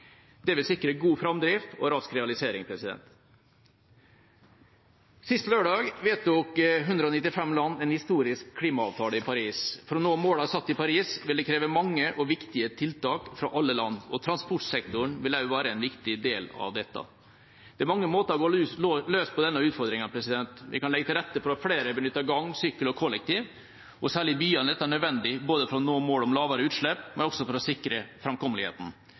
Det vil sikre god framdrift og rask realisering. Sist lørdag vedtok 195 land en historisk klimaavtale i Paris. For å nå målene satt i Paris vil det kreves mange og viktige tiltak fra alle land, og transportsektoren vil også være en viktig del av dette. Det er mange måter å gå løs på denne utfordringen på. Vi kan legge til rette for at flere benytter gang, sykkel og kollektiv. Særlig i byene er dette nødvendig for å nå målet om lavere utslipp, men også for å sikre framkommeligheten.